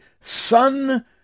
Son